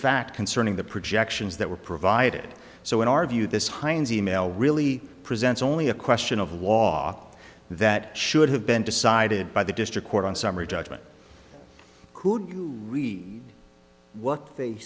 fact concerning the projections that were provided so in our view this hines e mail really presents only a question of law that should have been decided by the district court on summary judgment could you read what they